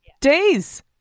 Days